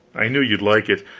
i knew you'd like it.